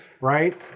right